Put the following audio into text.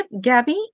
gabby